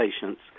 patients